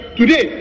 today